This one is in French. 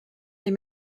des